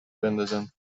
بندازم